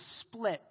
split